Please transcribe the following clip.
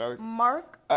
Mark